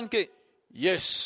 Yes